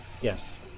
Yes